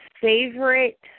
favorite